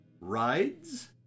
Rides